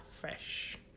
fresh